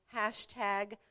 hashtag